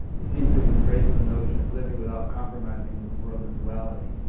he seems to have embraced the notion of living without compromising with the world of duality.